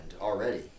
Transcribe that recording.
already